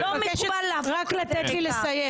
אני מבקשת רק לתת לי לסיים.